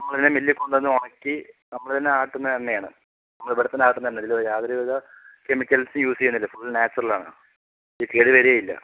നമ്മളിതിനെ മില്ലിൽ കൊണ്ടുവന്ന് ഉണക്കി നമ്മൾ തന്നെ ആട്ടുന്ന എണ്ണയാണ് നമ്മളിവിടെ തന്നെ ആട്ടുന്ന എണ്ണയാണ് ഇതിൽ യാതൊരു വിധ കെമിയ്ക്കൽസും യൂസ് ചെയ്യുന്നില്ല ഫുൾ നാച്ചുറലാണ് ഇത് കേടുവരികയേയില്ല